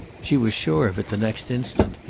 she was sure of it the next instant.